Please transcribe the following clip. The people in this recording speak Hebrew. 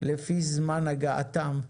לפי זמן הגעתם.